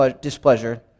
displeasure